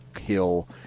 Hill